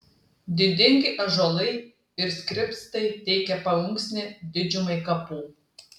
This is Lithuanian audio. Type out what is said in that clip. didingi ąžuolai ir skirpstai teikė paunksnę didžiumai kapų